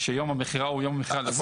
שיום המכירה הוא יום המכירה --- עזוב